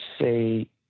say